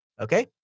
Okay